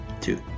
two